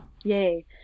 Yay